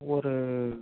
ஒரு